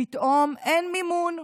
פתאום אין מימון,